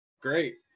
great